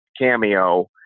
cameo